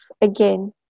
again